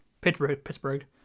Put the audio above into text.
Pittsburgh